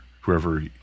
whoever